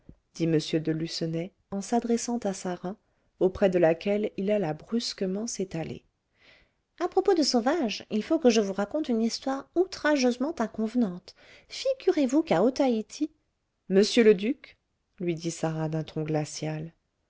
de lucenay en s'adressant à sarah auprès de laquelle il alla brusquement s'étaler à propos de sauvage il faut que je vous raconte une histoire outrageusement inconvenante figurez-vous qu'à otaïti monsieur le duc lui dit sarah d'un ton glacial